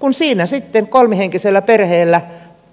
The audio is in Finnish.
kun siinä sitten kolmihenkisellä perheellä